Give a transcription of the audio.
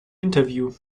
interview